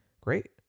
great